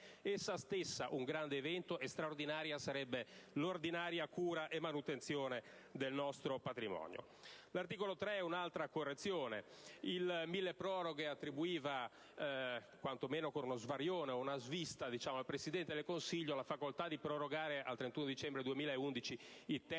essa stessa un grande evento, e straordinarie sarebbero l'ordinaria cura e la manutenzione del nostro patrimonio. L'articolo 3 è un'altra correzione: il cosiddetto milleproroghe attribuiva, con uno svarione o una svista, al Presidente del Consiglio la facoltà di prorogare al 31 dicembre 2011 i termini